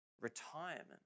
retirement